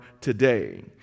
today